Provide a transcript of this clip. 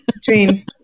Jane